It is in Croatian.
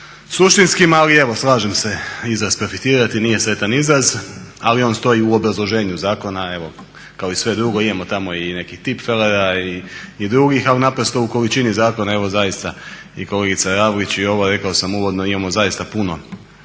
suštinskim ali evo slažem se izraz profitirati nije sretan izraz, ali on stoji u obrazloženju zakona i evo kao sve drugo imamo tamo nekih tipfelera i drugih ali naprosto u količini zakona evo zaista i kolegica … i ovo rekao sam uvodno imamo zaista puno